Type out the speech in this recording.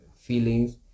feelings